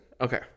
Okay